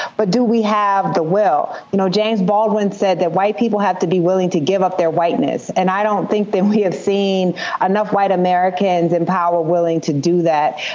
but do we have the will? you know, james baldwin said that white people have to be willing to give up their rightness. and i don't think that we have seen enough white americans in power willing to do that.